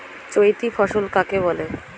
চৈতি ফসল কাকে বলে?